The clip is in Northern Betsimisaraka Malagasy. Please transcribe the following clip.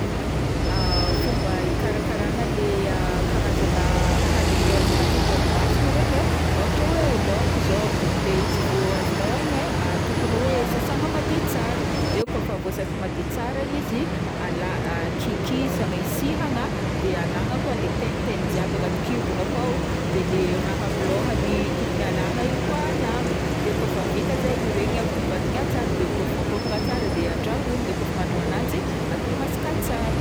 Fomba hikarakaragna le karazagna hagniny le avy agnatin'ny ranomasigny regny e, ôhatra hoe laoko zao, leha izy vao azonao igny e tokony sasagna madio tsara, de kaofa voasasa madio tsara izy alagna a- kikisan- isihagna de alagna koa le taignitaigny jiaby agnaty kibony akao de le raha amy lôhany tokony alagna igny koa alagna de kaofa vita zay hiregny a kobagnina tsara de kaofa voakobana tsara de andrahoagna de kaofa mahandro agnajy de atao masaka tsara.